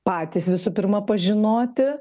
patys visu pirma pažinoti